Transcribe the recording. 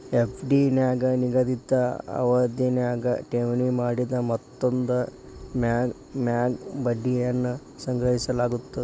FD ನ್ಯಾಗ ನಿಗದಿತ ಅವಧ್ಯಾಗ ಠೇವಣಿ ಮಾಡಿದ ಮೊತ್ತದ ಮ್ಯಾಗ ಬಡ್ಡಿಯನ್ನ ಸಂಗ್ರಹಿಸಲಾಗ್ತದ